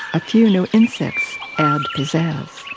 a few new insects add pizzazz.